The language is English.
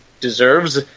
deserves